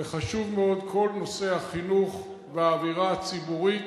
וחשוב מאוד כל נושא החינוך והאווירה הציבורית,